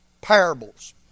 parables